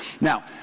Now